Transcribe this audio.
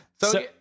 So-